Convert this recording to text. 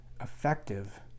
effective